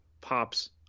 pops